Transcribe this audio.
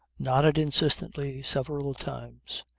nodded insistently several times.